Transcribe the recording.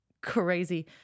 crazy